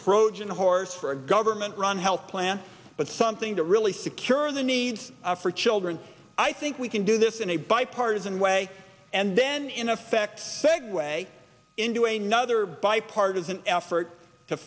trojan horse for a government run health plan but something to really secure the needs for children i think we can do this in a bipartisan way and then in effect segue into a nother bipartisan effort to